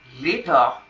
Later